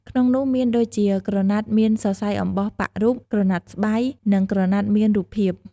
ក្នុងនោះមានដូចជាក្រណាត់មានសរសៃអំបោះប៉ាក់រូប ក្រណាត់ស្បៃ និង ក្រណាត់មានរូបភាព។